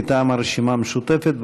מטעם הרשימה המשותפת,